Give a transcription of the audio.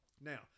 Now